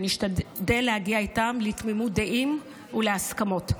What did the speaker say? ונשתדל להגיע איתם לתמימות דעים ולהסכמות.